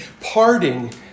parting